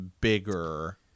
bigger